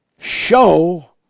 show